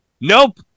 Nope